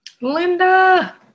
Linda